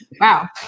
Wow